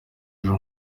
ejo